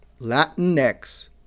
Latinx